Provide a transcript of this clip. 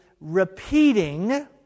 repeating